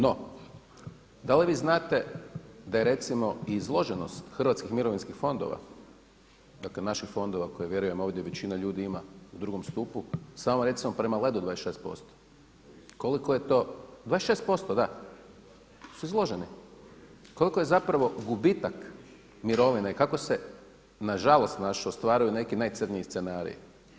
No, da li vi znate da je recimo izloženost hrvatskih mirovinskih fondova, dakle naših fondova koje vjerujem ovdje većina ljudi ima u drugom stupu, samo recimo prema Ledu 26%, 26% da su izloženi, koliko je zapravo gubitak mirovina i kako se nažalost našu ostvaruju neki najcrnji scenariji.